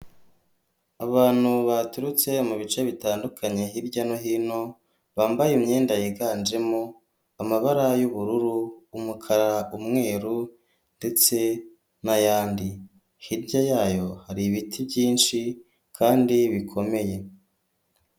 Abantu baturutse mu bice bitandukanye hirya no hino bambaye imyenda yiganjemo amabara y'ubururu, umukara, umweru ndetse n'ayandi. Hirya yayo hari ibiti byinshi kandi bikomeye.